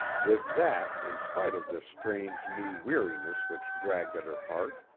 with that, in spite of this strange, new weariness which dragged at her heart,